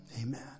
Amen